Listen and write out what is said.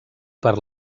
per